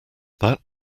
that